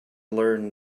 learn